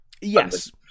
Yes